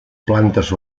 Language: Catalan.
plantes